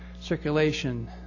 circulation